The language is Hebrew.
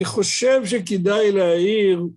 אני חושב שכדאי להעיר.